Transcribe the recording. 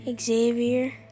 Xavier